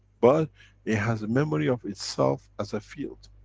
but it has a memory of itself as a field.